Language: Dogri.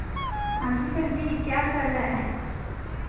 हांजी पल्लवी केह् हाल चाल ऐ